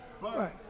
Right